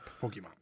Pokemon